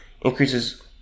increases